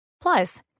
Plus